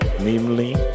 namely